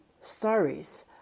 stories